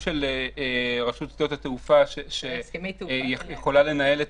של רשות שדות התעופה שהיא יכולה לנהל את